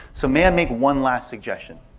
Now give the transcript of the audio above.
so may i make one last suggestion?